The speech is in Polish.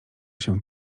się